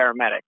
Paramedic